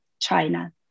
China